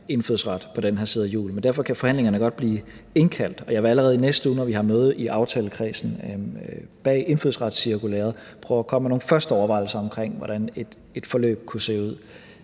indfødsret på den her side af jul. Men derfor kan der godt blive indkaldt til forhandlinger, og jeg vil allerede i næste uge, når vi har møde i aftalekredsen bag indfødsretscirkulæret, prøve at komme med nogle første overvejelser om, hvordan et forløb kunne se ud.